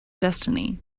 destiny